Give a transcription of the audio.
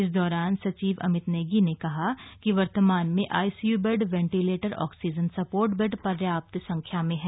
इस दौरान सचिव अमित नेगी ने कहा कि वर्तमान में ICU bed ventilator oxygen support bed पर्याप्त संख्या में हैं